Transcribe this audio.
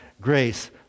Grace